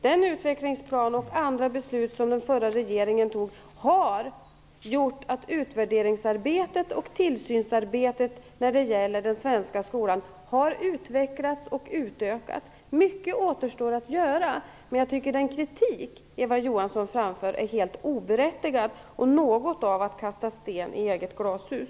Den utvecklingsplan som den förra regeringen fattade beslut om - och andra beslut - har gjort att utvärderingsarbetet och tillsynsarbetet när det gäller den svenska skolan har utvecklats och utökats. Mycket återstår att göra, men den kritik som Eva Johansson framför är helt oberättigad. Hon kastar sten i eget glashus.